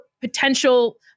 potential